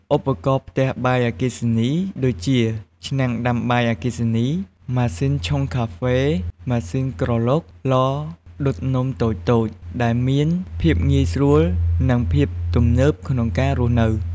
ឧបករណ៍ផ្ទះបាយអគ្គិសនី ដូចជា ឆ្នាំងដាំបាយអគ្គិសនី ម៉ាស៊ីនឆុងកាហ្វេ ម៉ាស៊ីនក្រឡុក ឡដុតនំតូចៗ ដែលមានភាពងាយស្រួល និង ភាពទំនើបក្នុងការរស់នៅ។